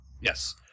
Yes